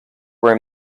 were